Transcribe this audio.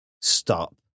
stop